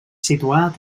situat